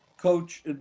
coach